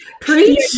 Preach